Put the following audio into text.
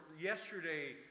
yesterday